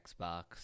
Xbox